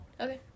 Okay